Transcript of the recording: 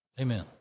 Amen